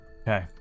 Okay